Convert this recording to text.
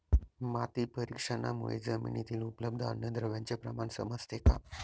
माती परीक्षणामुळे जमिनीतील उपलब्ध अन्नद्रव्यांचे प्रमाण समजते का?